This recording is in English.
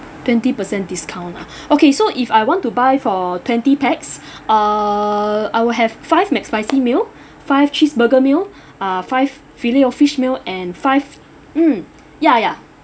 twenty per cent discount lah okay so if I want to buy for twenty pax uh I will have five mcspicy meal five cheeseburger meal uh five fillet O fish meal and five mm ya